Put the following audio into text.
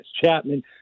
Chapman